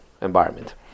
environment